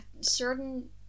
certain